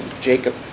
Jacob